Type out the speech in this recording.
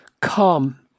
Come